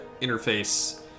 interface